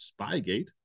Spygate